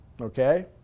okay